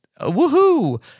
woohoo